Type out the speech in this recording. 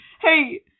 hey